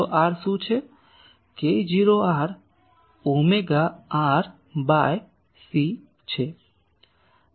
k0 r omega r by c છે